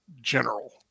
general